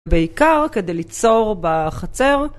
בעיקר כדי ליצור בחצר